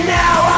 now